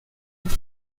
algo